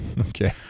Okay